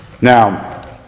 Now